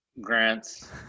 grants